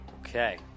Okay